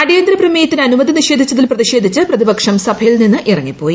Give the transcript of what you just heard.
അടിയുന്തര്യ്ക്ക് പ്രമേയത്തിന് അനുമതി നിഷേധിച്ചതിൽ പ്രതിഷേധിച്ച് പ്രിയിപ്ക്ഷം സഭയിൽ നിന്ന് ഇറങ്ങിപ്പോയി